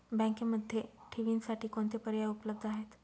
बँकेमध्ये ठेवींसाठी कोणते पर्याय उपलब्ध आहेत?